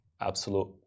absolute